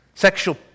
Sexual